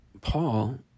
Paul